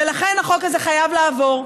ולכן החוק הזה חייב לעבור.